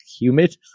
humid